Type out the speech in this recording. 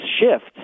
shifts